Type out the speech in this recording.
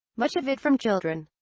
much of it from children.